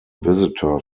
visitor